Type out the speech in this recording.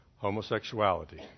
homosexuality